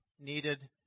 needed